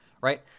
right